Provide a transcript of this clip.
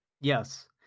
yes